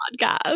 podcast